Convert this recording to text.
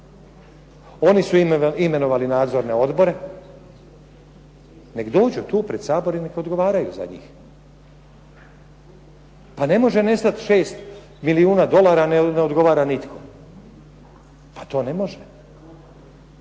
oni su imenovali nadzorne odbore. Nek dođu pred Sabor i nek odgovaraju za njih. Pa ne može nestati 6 milijuna dolara, ne odgovara nitko. Pa to ne može.